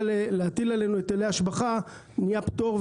להטיל עלינו היטלי השבחה נהיה פטור,